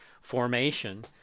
formation